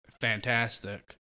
fantastic